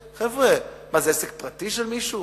חבר'ה, מה זה עסק פרטי של מישהו?